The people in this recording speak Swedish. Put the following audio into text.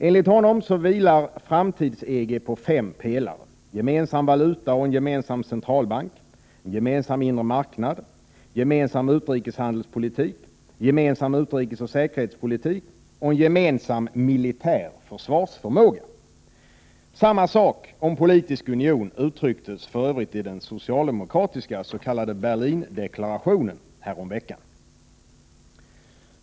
Enligt Ludlow vilar framtids EG på fem pelare: Gemensam valuta och en gemensam centralbank, en Samma sak uttrycktes för övrigt om politisk union i den socialdemokratis-= I dd oo oood re ka s.k. Berlindeklarationen häromveckan.